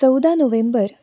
चवदा नोव्हेंबर